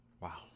wow